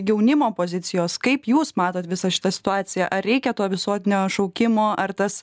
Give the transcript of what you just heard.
jaunimo pozicijos kaip jūs matot visą šitą situaciją ar reikia to visuotinio šaukimo ar tas